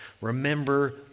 Remember